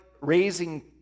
raising